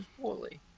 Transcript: poorly